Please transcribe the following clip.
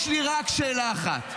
יש לי רק שאלה אחת.